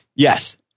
Yes